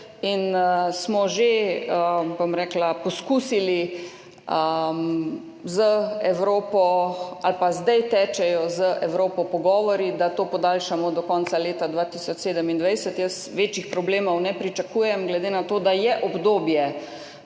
in smo že, bom rekla, poskusili z Evropo ali pa zdaj tečejo z Evropo pogovori, da to podaljšamo do konca leta 2027. Večjih problemov ne pričakujem glede na to, da je obdobje